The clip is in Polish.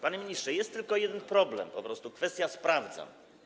Panie ministrze, jest tylko jeden problem, po prostu kwestia: sprawdzam.